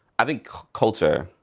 i think culture.